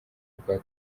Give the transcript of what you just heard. rwa